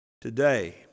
today